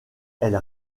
elles